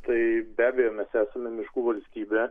tai be abejo mes esame miškų valstybė